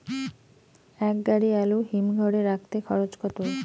এক গাড়ি আলু হিমঘরে রাখতে খরচ কত?